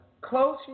close